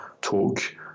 talk